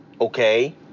okay